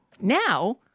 Now